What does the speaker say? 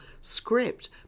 script